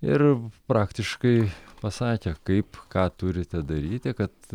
ir praktiškai pasakė kaip ką turite daryti kad